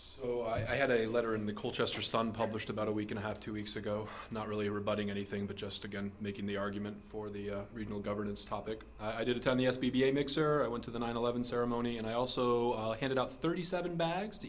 so i had a letter in the culture sun published about a week and i have two weeks ago not really rebutting anything but just again making the argument for the regional governance topic i did attend the s p v a mixer i went to the nine eleven ceremony and i also ended up thirty seven bags to